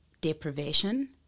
deprivation